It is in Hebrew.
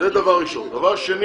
דבר שני,